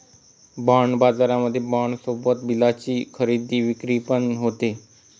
bond बाजारामध्ये bond सोबतच बिलाची खरेदी विक्री पण होते